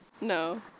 No